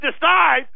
decide